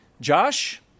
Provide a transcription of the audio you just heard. Josh